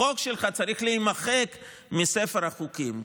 החוק שלך צריך להימחק מספר החוקים,